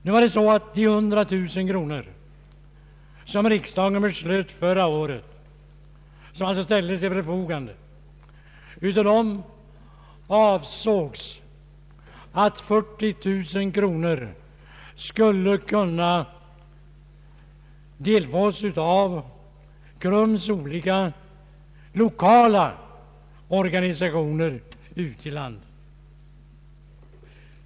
Av de 100 000 kronor som riksdagen förra året beslöt skulle ställas till förfogande avsågs 40 000 kronor skola användas av KRUM:s olika lokala organisationer ute i landet.